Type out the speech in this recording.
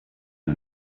you